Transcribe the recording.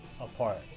apart